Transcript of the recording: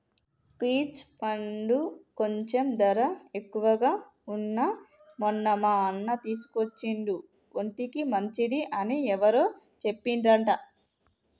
peach పండ్లు కొంచెం ధర ఎక్కువగా వున్నా మొన్న మా అన్న తీసుకొచ్చిండు ఒంటికి మంచిది అని ఎవరో చెప్పిండ్రంట